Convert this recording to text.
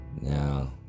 Now